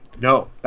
no